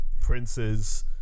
Prince's